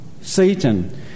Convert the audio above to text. Satan